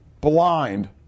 blind